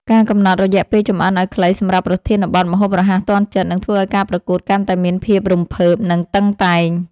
ការកំណត់រយៈពេលចម្អិនឱ្យខ្លីសម្រាប់ប្រធានបទ ម្ហូបរហ័សទាន់ចិត្ត នឹងធ្វើឱ្យការប្រកួតកាន់តែមានភាពរំភើប និងតឹងតែង។